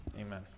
amen